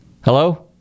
Hello